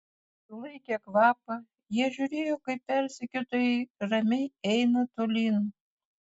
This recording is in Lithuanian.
sulaikę kvapą jie žiūrėjo kaip persekiotojai ramiai eina tolyn